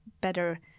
better